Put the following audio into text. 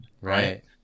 Right